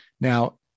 Now